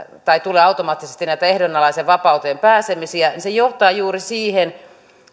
tai automaattisesti näitä ehdonalaiseen vapauteen pääsemisiä niin se johtaa juuri siihen